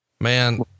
Man